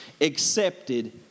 accepted